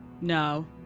No